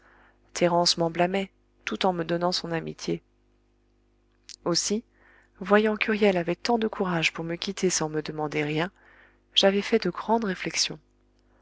m'en blâmait tout en me donnant son amitié aussi voyant qu'huriel avait tant de courage pour me quitter sans me demander rien j'avais fait de grandes réflexions